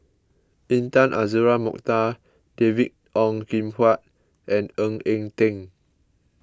Intan Azura Mokhtar David Ong Kim Huat and Ng Eng Teng